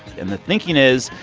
and the thinking is,